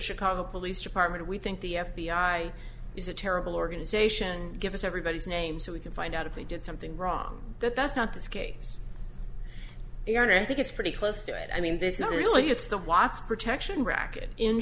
chicago police department we think the f b i is a terrible organization give us everybody's name so we can find out if they did something wrong that that's not the case and i think it's pretty close to i mean that's not really it's the watts protection racket in